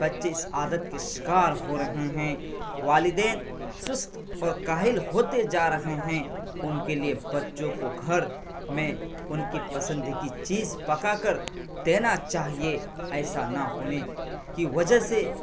بچے اس عادت کے شکار ہو رہے ہیں والدین سست اور کاہل ہوتے جا رہے ہیں ان کے لیے بچوں کو گھر میں ان کی پسند کی چیز پکا کر دینا چاہیے ایسا نہ ہونے کی وجہ سے